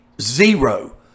zero